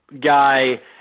guy